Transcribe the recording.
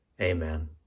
Amen